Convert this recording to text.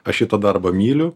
aš šitą darbą myliu